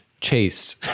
Chase